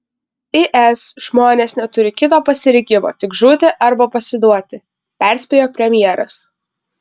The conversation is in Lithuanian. is žmonės neturi kito pasirinkimo tik žūti arba pasiduoti perspėjo premjeras